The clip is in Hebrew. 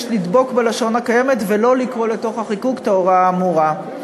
יש לדבוק בלשון הקיימת ולא לקרוא לתוך החיקוק את ההוראה האמורה.